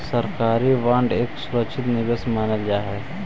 सरकारी बांड एक सुरक्षित निवेश मानल जा हई